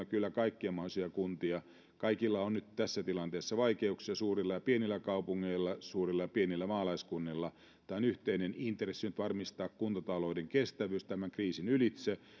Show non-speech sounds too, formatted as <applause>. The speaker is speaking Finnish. <unintelligible> kyllä kaikkia mahdollisia kuntia kaikilla on nyt tässä tilanteessa vaikeuksia suurilla ja pienillä kaupungeilla suurilla ja pienillä maalaiskunnilla on yhteinen intressi nyt varmistaa kuntatalouden kestävyys tämän kriisin ylitse